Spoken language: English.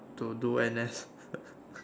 to do N_S